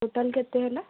total କେତେ ହେଲା